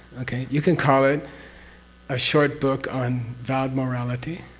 okay? you can call it a short book on vowed morality.